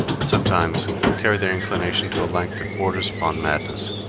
and sometimes carry their inclination to a length that borders upon madness.